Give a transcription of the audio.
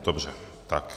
Dobře, tak.